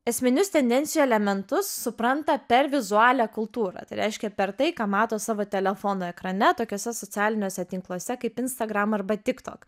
esminius tendencijų elementus supranta per vizualią kultūrą tai reiškia per tai ką mato savo telefono ekrane tokiuose socialiniuose tinkluose kaip instagram arba tik tok